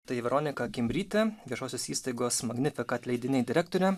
tai veronika kimbrytė viešosios įstaigos magnificat leidiniai direktorė